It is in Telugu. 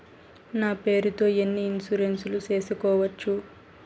నా పేరుతో ఎన్ని ఇన్సూరెన్సులు సేసుకోవచ్చు?